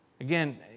Again